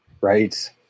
Right